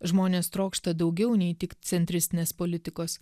žmonės trokšta daugiau nei tik centristinės politikos